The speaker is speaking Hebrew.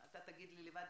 אתה תגיד לי לבד,